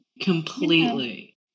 Completely